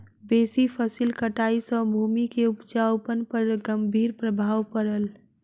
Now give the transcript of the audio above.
बेसी फसिल कटाई सॅ भूमि के उपजाऊपन पर गंभीर प्रभाव पड़ल